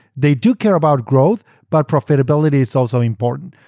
they do care about growth, but profitability is also important.